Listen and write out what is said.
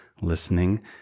listening